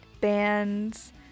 bands